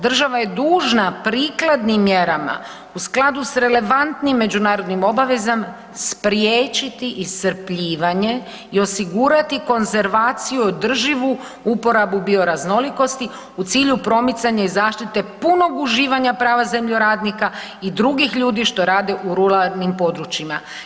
Država je dužna prikladnim mjerama u skladu sa relevantnim međunarodnim obavezama, spriječiti iscrpljivanje i osigurati konzervaciju i održivu uporabu bioraznolikosti u cilju promicanja i zaštite punog uživanja prava zemljoradnika i drugih ljudi što rade u ruralnim područjima.